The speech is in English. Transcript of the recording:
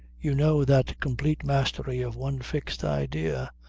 you know that complete mastery of one fixed idea,